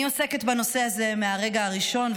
אני עוסקת בנושא הזה מהרגע הראשון,